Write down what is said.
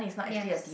yes